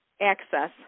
access